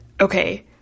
okay